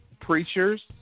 preachers